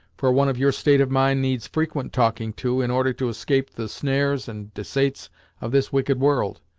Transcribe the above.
for one of your state of mind needs frequent talking to, in order to escape the snares and desaits of this wicked world.